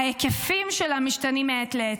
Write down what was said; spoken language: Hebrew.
ההיקפים שלה משתנים מעת לעת,